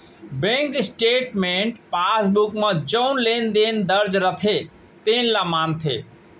bank statement passbook म जउन लेन देन दर्ज रथे तेने ल मानथे